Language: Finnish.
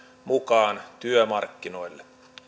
mukaan työmarkkinoille